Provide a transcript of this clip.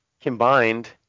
combined